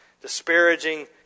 disparaging